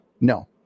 No